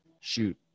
shoot